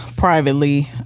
privately